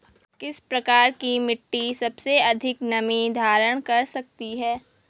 किस प्रकार की मिट्टी सबसे अधिक नमी धारण कर सकती है?